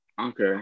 Okay